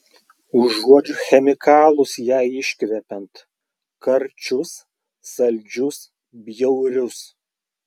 užuodžiu chemikalus jai iškvepiant karčius saldžius bjaurius